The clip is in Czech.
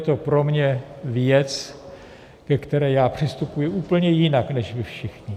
To je pro mě věc, ke které přistupuji úplně jinak než vy všichni.